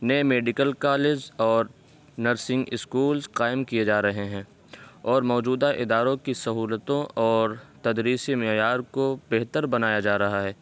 نئے medical colleges اور nursing schools قائم کیے جا رہے ہیں اور موجودہ اداروں کی سہولتوں اور تدریسی معیار کو بہتر بنایا جا رہا ہے